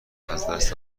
ازدست